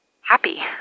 happy